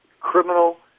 criminal